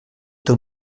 teu